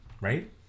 right